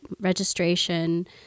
registration